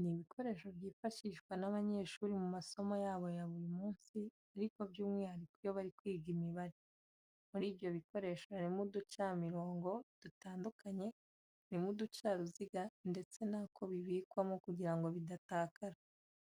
Ni ibikoresho byifashishwa n'abanyeshuri mu masomo yabo ya buri munsi ariko by'umwihariko iyo bari kwiga imibare. Muri ibyo bikoresho harimo uducamirungo dutandukanye, harimo uducaruziga ndetse n'ako bibikwamo kugira ngo bidatakara.